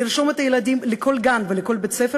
לרשום את הילדים לכל גן ולכל בית-ספר